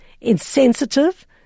insensitive